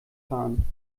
fahren